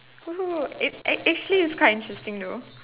!woohoo! it's act~ actually it's quite interesting though